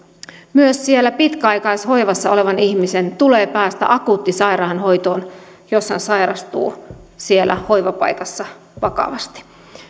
myös siellä pitkäaikaishoivassa olevan ihmisen tulee päästä akuuttisairaanhoitoon jos hän sairastuu siellä hoivapaikassa vakavasti